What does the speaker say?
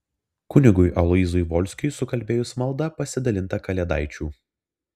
kunigui aloyzui volskiui sukalbėjus maldą pasidalinta kalėdaičių